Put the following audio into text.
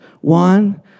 One